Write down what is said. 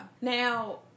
Now